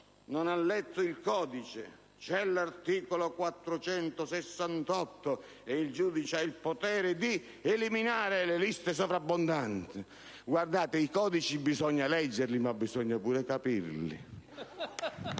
non ha letto il codice. C'è l'articolo 468 e il giudice ha il potere di eliminare le liste sovrabbondanti. Guardate, i codici bisogna leggerli, ma bisogna pure capirli.